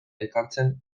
ekartzen